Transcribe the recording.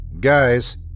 Guys